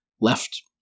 left